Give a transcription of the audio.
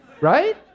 right